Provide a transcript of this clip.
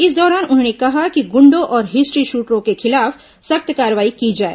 इस दौरान उन्होंने कहा कि गुंडों और हिस्ट्रीशीटरों के खिलाफ सख्त कार्रवाई की जाए